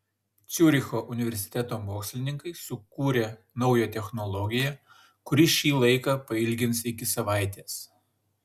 ciuricho universiteto mokslininkai sukūrė naują technologiją kuri šį laiką pailgins iki savaitės